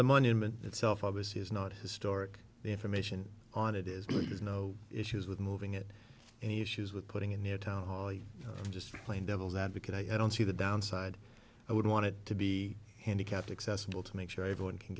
the monument itself obviously is not historic the information on it is because no issues with moving it any issues with putting in their town hall you're just playing devil's advocate i don't see the downside i would want it to be handicapped accessible to make sure everyone can